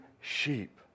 sheep